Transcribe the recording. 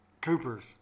Cooper's